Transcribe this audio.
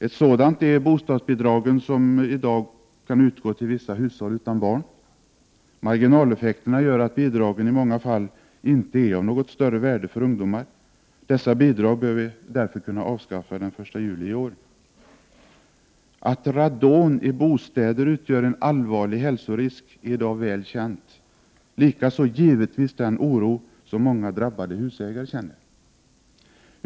Ett sådant är bostadsbidragen, som i dag kan utgå till vissa hushåll utan barn. Marginaleffekterna gör att bidragen i många fall inte är av något större värde för ungdomar. Dessa bidrag bör därför kunna avskaffas den 1 juli i år. Att radon i bostäder utgör en allvarlig hälsorisk är i dag väl känt. Likaså givetvis den oro som många drabbade husägare känner.